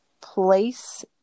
place